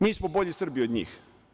Mi smo bolji Srbi od njih?